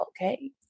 okay